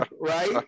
right